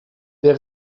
der